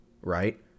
right